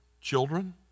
children